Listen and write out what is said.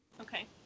Okay